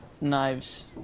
knives